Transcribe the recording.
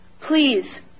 please